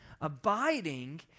Abiding